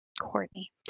Courtney